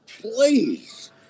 please